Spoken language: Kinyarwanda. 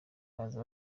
baza